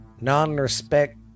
non-respect